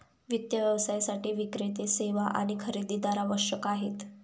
वित्त व्यवसायासाठी विक्रेते, सेवा आणि खरेदीदार आवश्यक आहेत